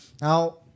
Now